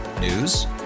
News